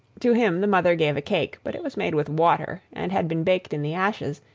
to him the mother gave a cake, but it was made with water and had been baked in the ashes,